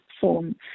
form